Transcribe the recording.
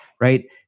right